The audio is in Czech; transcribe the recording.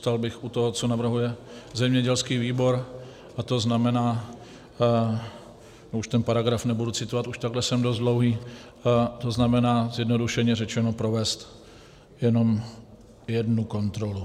Zůstal bych u toho, co navrhuje zemědělský výbor, a to znamená, už ten paragraf nebudu citovat, už takhle jsem dost dlouhý, to znamená, zjednodušeně řečeno, provést jenom jednu kontrolu.